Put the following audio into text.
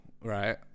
Right